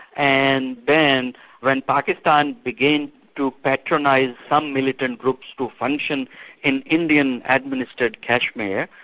and then when pakistan began to patronise some militant groups to function in indian administered kashmir,